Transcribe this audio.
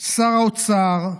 שר האוצר,